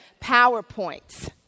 PowerPoints